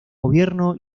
gobierno